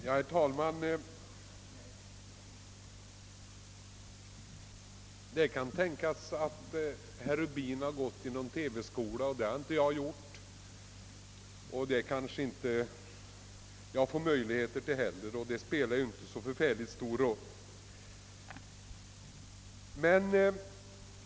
Herr talman! Det kan tänkas att herr Rubin har gått i någon TV-skola. För min del har jag inte gjort det, och jag får kanske inte möjligheter till det heller, men det spelar ju inte så särskilt stor roll.